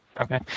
Okay